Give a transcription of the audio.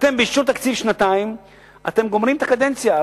אתם באישור תקציב לשנתיים גומרים את הקדנציה.